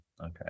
okay